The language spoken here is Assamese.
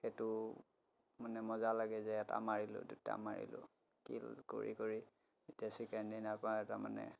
সেইটো মানে মজা লাগে যে এটা মাৰিলোঁ দুটা মাৰিলোঁ কিলড কৰি কৰি এতিয়া চিকেন ডিনাৰ পাই তাৰমানে